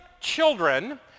children